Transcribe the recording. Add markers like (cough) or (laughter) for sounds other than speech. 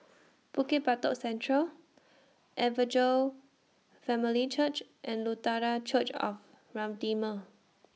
(noise) Bukit Batok Central Evangel Family Church and Lutheran Church of Redeemer